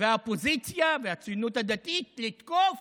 והאופוזיציה והציונות הדתית לתקוף